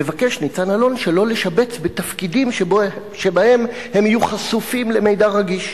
מבקש ניצן אלון שלא לשבץ בתפקידים שבהם הם יהיו חשופים למידע רגיש,